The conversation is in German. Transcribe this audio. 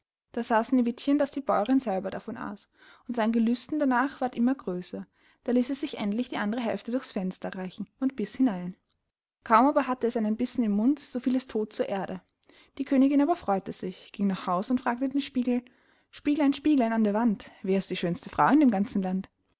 da sah sneewittchen daß die bäuerin selber davon aß und sein gelüsten darnach ward immer größer da ließ es sich endlich die andere hälfte durchs fenster reichen und biß hinein kaum aber hatte es einen bissen im mund so fiel es todt zur erde die königin aber freute sich ging nach haus und fragte den spiegel spieglein spieglein an der wand wer ist die schönste frau in dem ganzen land